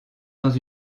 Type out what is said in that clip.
dans